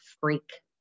freak